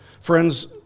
Friends